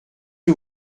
que